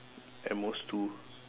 at most two